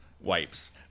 wipes